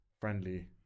friendly